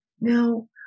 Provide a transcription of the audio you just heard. Now